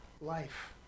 life